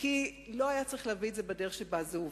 כי לא היה צריך להביא את זה בדרך שבה זה הובא.